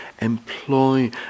employ